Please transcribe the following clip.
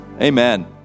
Amen